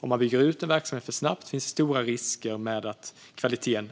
Om man bygger ut en verksamhet för snabbt finns det en stor risk för